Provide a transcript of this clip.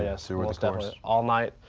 yes. you will stop all night.